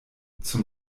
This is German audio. zum